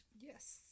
Yes